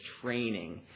training